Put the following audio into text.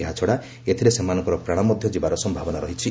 ଏହାଛଡ଼ା ଏଥିରେ ସେମାନଙ୍କର ପ୍ରାଣ ମଧ୍ୟ ଯିବାର ସମ୍ଭାବନା ରହିଛି